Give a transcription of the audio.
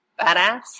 badass